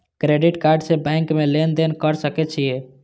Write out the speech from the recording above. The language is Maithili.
क्रेडिट कार्ड से बैंक में लेन देन कर सके छीये?